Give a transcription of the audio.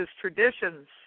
traditions